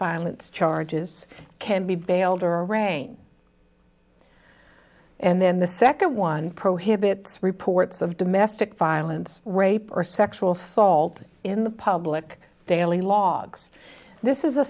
violence charges can be bailed or rain and then the second one prohibits reports of domestic violence rape or sexual salt in the public failing logs this is a